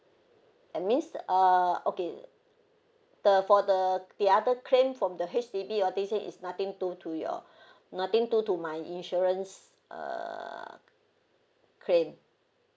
I means err okay it the for the the other claim from the H_D_B all this is nothing do to your nothing do to my insurance uh claim